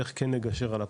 איך כן לגשר על הפער,